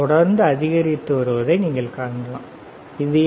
தொடர்ந்து அதிகரித்து வருவதை நீங்கள் காணலாம் இது என்ன